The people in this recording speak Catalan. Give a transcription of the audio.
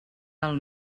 del